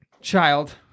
child